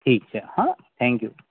ઠીક છે હા થેન્ક યૂ